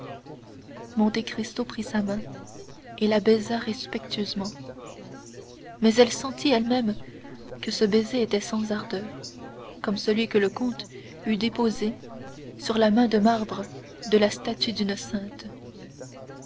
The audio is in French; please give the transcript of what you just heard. monte cristo prit sa main et la baisa respectueusement mais elle sentit elle-même que ce baiser était sans ardeur comme celui que le comte eût déposé sur la main de marbre de la statue d'une sainte